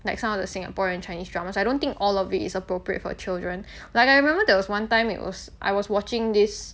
like some of the singaporean chinese dramas I don't think all of it is appropriate for children like I remember there was one time it was I was watching this